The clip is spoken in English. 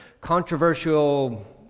controversial